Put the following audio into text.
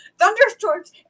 thunderstorms